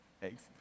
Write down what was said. thanks